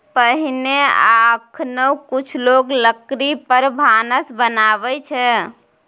पहिने आ एखनहुँ कुछ लोक लकड़ी पर भानस बनबै छै